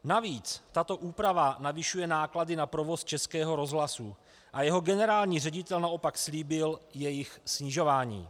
Navíc tato úprava navyšuje náklady na provoz Českého rozhlasu a jeho generální ředitel naopak slíbil jejich snižování.